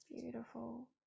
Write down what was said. Beautiful